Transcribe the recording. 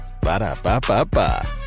Ba-da-ba-ba-ba